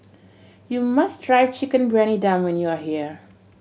you must try Chicken Briyani Dum when you are here